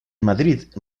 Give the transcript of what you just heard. madrid